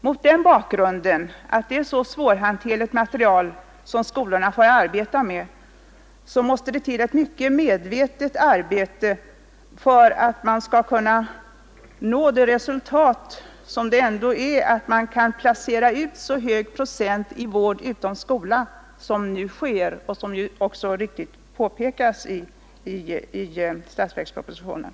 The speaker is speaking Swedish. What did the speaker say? Mot den bakgrunden att det är ett så svårhanterligt klientel som skolorna får arbeta med måste det till ett mycket medvetet arbete för att man skall kunna nå det resultat som det ändå innebär att man kan placera ut så hög procent i vård utom skola som nu sker, något som alldeles riktigt påpekas i statsverkspropositionen.